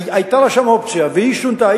היתה לה שם אופציה והיא שונתה,